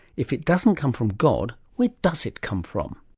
if it doesn't come from god, where does it come from?